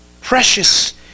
Precious